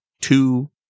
two